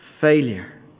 failure